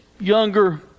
younger